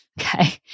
Okay